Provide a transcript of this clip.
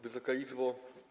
Wysoka Izbo!